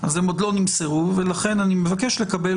אז הם עוד לא נמסרו ולכן אני מבקש לקבל